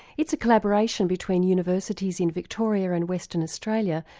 it's a collaboration between universities in victoria and western australia,